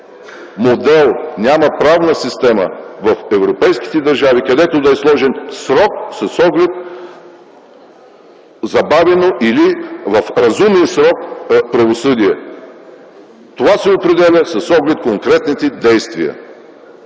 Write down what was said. модел, няма правна система в европейските държави, където да е сложен срок с оглед забавено или в разумен срок правосъдие. Това се определя с оглед конкретните действия.